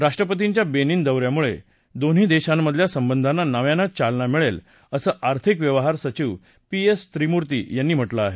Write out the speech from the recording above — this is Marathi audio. राष्ट्रपतींच्या बेनिन दौ यामुळे दोन्ही देशांमधल्या संबंधांना नव्यानं चालना मिळेल असं आर्थिक व्यवहार सधिव पी एस त्रिमुर्ती यांनी म्हटलं आहे